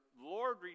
Lord